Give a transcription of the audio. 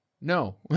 No